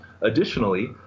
Additionally